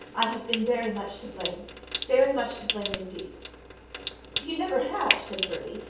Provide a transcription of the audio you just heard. i have been very much to blame very much to blame, indeed you never have said bertie,